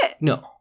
No